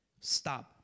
Stop